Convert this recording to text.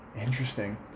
Interesting